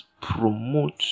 promote